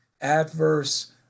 adverse